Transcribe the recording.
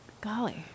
Golly